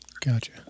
Gotcha